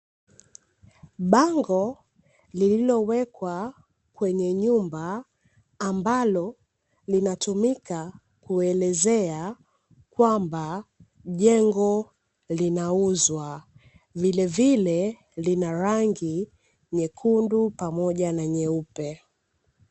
Bango lililowekwa kwenye nyumba ambalo linatumika kuelezea kwamba jengo linauzwa, vilevile lina rangi nyekundu pamoja na nyeupe.